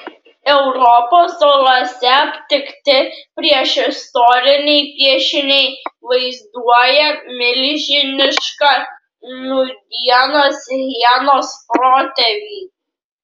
europos olose aptikti priešistoriniai piešiniai vaizduoja milžinišką nūdienos hienos protėvį